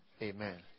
Amen